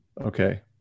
Okay